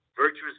Virtuous